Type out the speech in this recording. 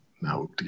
now